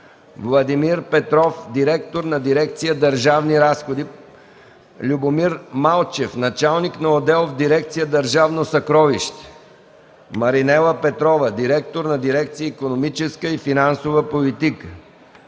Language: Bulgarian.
Владимир Петров – директор на дирекция „Държавни разходи”, Любомир Малчев – началник на отдел в дирекция „Държавно съкровище”, Маринела Петрова – директор на дирекция „Икономическа и финансова политика”,